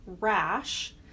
rash